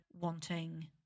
wanting